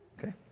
okay